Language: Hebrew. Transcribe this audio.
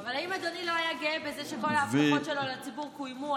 אבל האם אדוני לא היה גאה בזה שכל ההבטחות שלו לציבור קוימו?